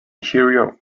cheerio